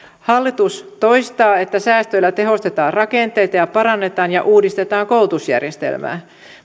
hallitus toistaa että säästöillä tehostetaan rakenteita ja parannetaan ja uudistetaan koulutusjärjestelmää